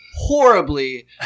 horribly